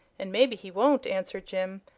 and maybe he won't! answered jim.